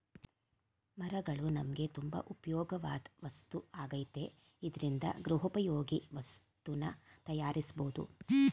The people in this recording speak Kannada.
ಮರಗಳು ನಮ್ಗೆ ತುಂಬಾ ಉಪ್ಯೋಗವಾಧ್ ವಸ್ತು ಆಗೈತೆ ಇದ್ರಿಂದ ಗೃಹೋಪಯೋಗಿ ವಸ್ತುನ ತಯಾರ್ಸ್ಬೋದು